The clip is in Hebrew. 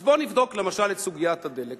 אז בואו נבדוק, למשל, את סוגיית הדלק.